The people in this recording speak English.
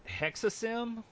HexaSim